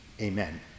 Amen